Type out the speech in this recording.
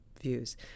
views